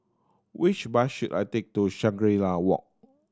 which bus should I take to Shangri La Walk